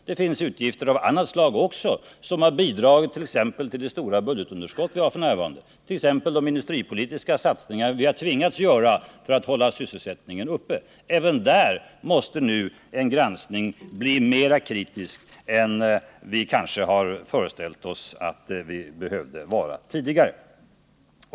Det finns utgifter av annat slag också som har bidragit till det stora budgetunderskott som vi har f. n.,t.ex. de industripolitiska satsningar vi har tvingats göra för att hålla sysselsättningen uppe. Även där måste en granskning bli mer kritisk nu än vi kanske tidigare föreställde oss att den behövde vara.